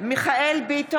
מיכאל מרדכי ביטון,